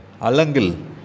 alangil